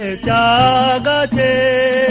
ah da da da